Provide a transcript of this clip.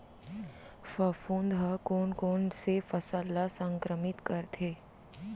फफूंद ह कोन कोन से फसल ल संक्रमित करथे?